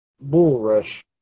bulrush